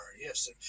Yes